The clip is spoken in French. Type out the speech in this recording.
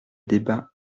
débat